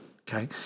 Okay